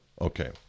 Okay